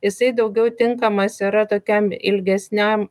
jisai daugiau tinkamas yra tokiam ilgesniam